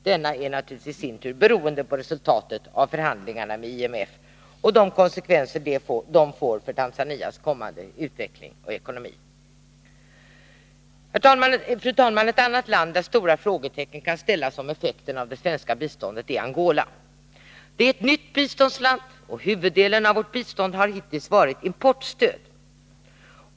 Denna är naturligtvis i sin tur beroende av resultatet av förhandlingarna med IMF och de konsekvenser de får för Tanzanias kommande utveckling och ekonomi. Fru talman! Ett annat land där stora frågetecken kan sättas om effekten av det svenska biståndet är Angola. Det är ett nytt biståndsland, och huvudelen av vårt bistånd har hittills varit importstöd.